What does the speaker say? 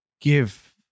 give